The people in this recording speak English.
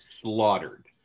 slaughtered